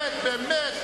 באמת, באמת.